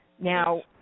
Now